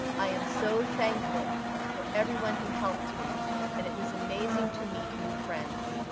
i am so thankful for everyone who helped me and it was amazing to meet new friends.